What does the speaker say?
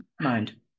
mind